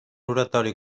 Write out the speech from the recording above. oratori